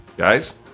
Guys